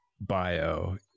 bio